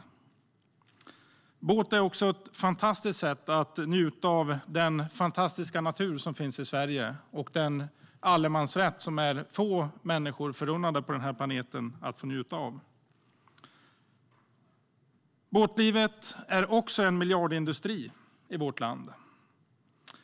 Att åka båt är också ett bra sätt att njuta av den fantastiska natur som finns i Sverige och att använda sig av den allemansrätt som få människor på denna planet är förunnade. Båtlivet är också en miljardindustri i vårt land.